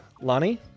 Lonnie